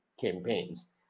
campaigns